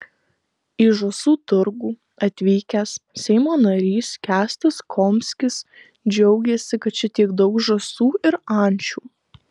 į žąsų turgų atvykęs seimo narys kęstas komskis džiaugėsi kad čia tiek daug žąsų ir ančių